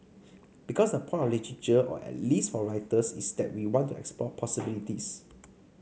because the point of literature or at least for writers is that we want to explore possibilities